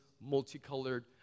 multicolored